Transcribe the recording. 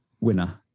winner